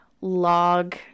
log